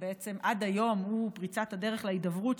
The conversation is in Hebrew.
שעד היום הוא פריצת הדרך להידברות,